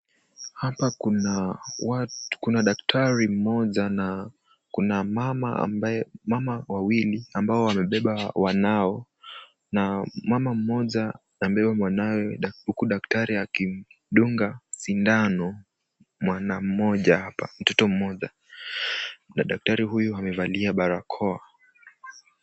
Hapa kuna daktari mmoja na kuna mama wawili ambao wamebeba wanao na mama mmoja amebeba mwanawe huku daktari akimdunga sindano mwana mmoja hapa mtoto mmoja na daktari huyu amevalia barakoa.